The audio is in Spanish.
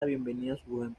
joven